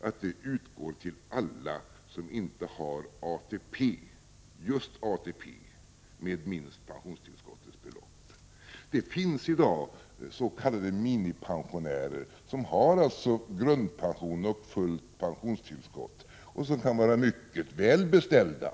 och utgår till alla som inte har just ATP med minst pensionstillskottets belopp. Det finns i dag s.k. minipensionärer, som har grundpension och fullt pensionstillskott och som alltså kan vara mycket välbeställda.